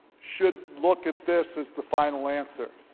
should look at this as the final answer.